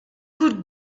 could